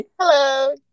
Hello